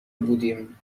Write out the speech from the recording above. بودیم